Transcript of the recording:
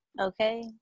Okay